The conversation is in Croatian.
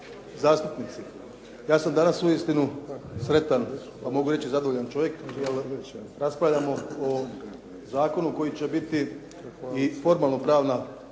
zastupnici. Ja sam danas uistinu sretan pa mogu reći i zadovoljan čovjek jer raspravljamo o zakonu koji će biti i formalno pravna